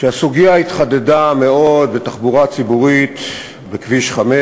והסוגיה התחדדה מאוד בתחבורה ציבורית בכביש 5,